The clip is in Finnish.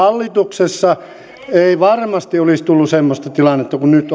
hallituksessa ei varmasti olisi tullut semmoista tilannetta kuin nyt on